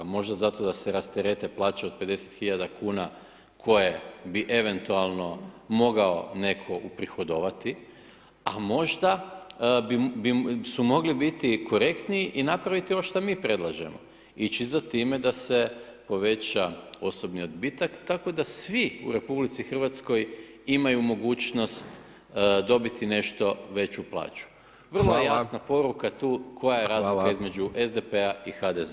Možda zato da se rasterete plaće od 50.000,00 kn koje bi eventualno mogao netko uprihodovati, a možda su mogli biti korektniji i napraviti ovo što mi predlažemo, ići za time da se poveća osobni odbitak, tako da svi u RH imaju mogućnost dobiti nešto veću plaću [[Upadica: Hvala.]] Vrlo je jasna poruka tu [[Upadica: Hvala.]] koja je razlika između SDP-a i HDZ-a.